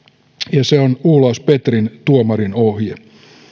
ja se on olaus petrin tuomarinohje